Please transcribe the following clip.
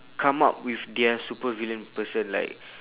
come up with their supervillain person like